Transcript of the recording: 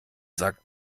sagt